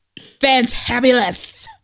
fantabulous